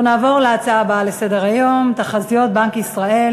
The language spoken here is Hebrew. נעבור להצעות לסדר-היום בנושא: תחזיות בנק ישראל